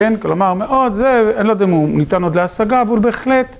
כן, כלומר, מאוד, זה, אני לא יודע אם הוא ניתן עוד להשגה, אבל בהחלט.